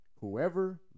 whoever